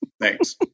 Thanks